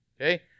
Okay